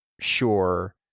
sure